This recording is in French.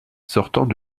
sortant